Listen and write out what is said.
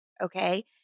Okay